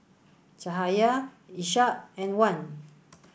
Cahaya Ishak and Wan